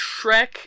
Shrek